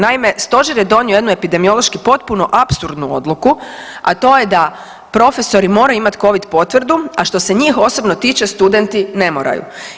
Naime, stožer je donio jednu epidemiološki potpuno apsurdnu odluku, a to je da profesori moraju imati covid potvrdu, a što se njih osobno tiče studenti ne moraju.